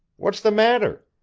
what's the matter?